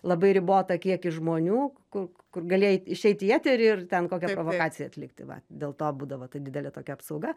labai ribotą kiekį žmonių ku kur galėjai išeiti į eterį ir ten kokią provokaciją atlikti va dėl to būdavo tai didelė tokia apsauga